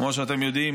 כמו שאתם יודעים,